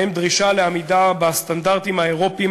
ובהם דרישה לעמידה בסטנדרטים האירופיים